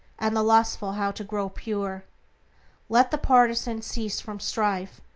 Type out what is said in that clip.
and the lustful how to grow pure let the partisan cease from strife,